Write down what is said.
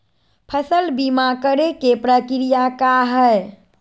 फसल बीमा करे के प्रक्रिया का हई?